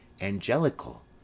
angelical